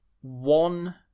one